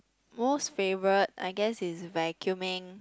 most favourite I guess is vacuuming